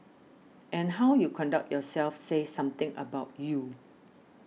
and how you conduct yourself says something about you